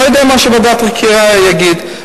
לא יודע מה ועדת חקירה תגיד,